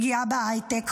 פגיעה בהייטק,